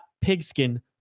pigskin